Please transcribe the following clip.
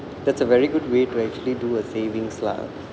that's a very good way to actually do a savings lah